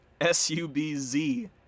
S-U-B-Z